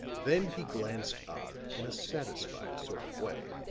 then he glanced up in a satisfied sort of way